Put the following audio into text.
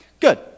Good